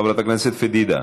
חברת הכנסת פדידה,